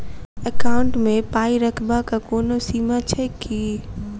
Account मे पाई रखबाक कोनो सीमा छैक की?